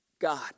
God